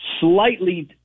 slightly –